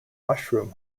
mushroom